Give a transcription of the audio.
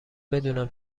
بدونم